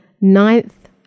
ninth